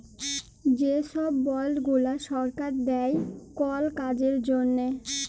যে ছব বল্ড গুলা সরকার দেই কল কাজের জ্যনহে